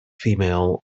female